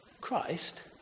Christ